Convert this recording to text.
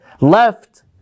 left